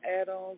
add-ons